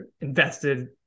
invested